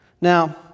Now